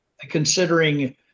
considering